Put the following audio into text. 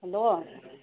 hello